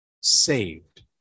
Saved